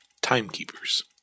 Timekeepers